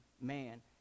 man